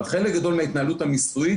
אבל לחלק גדול מההתנהלות המיסוי,